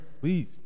Please